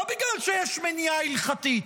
לא בגלל שיש מניעה הלכתית,